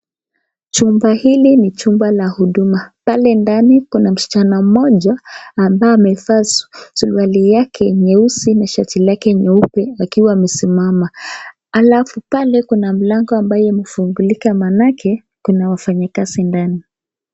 Chumba hili ni chumba la huduma. Pale ndani kuna msichana mmoja ambaye amevaa suluali yake nyeusi na shati lake nyeupe akiwa amesimama. Alafu pale kuna mlango ambayo imefungulika maanake kuna wafanyikazi ndani.